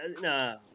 no